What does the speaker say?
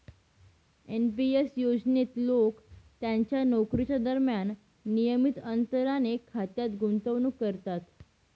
NP S योजनेत लोक त्यांच्या नोकरीच्या दरम्यान नियमित अंतराने खात्यात गुंतवणूक करतात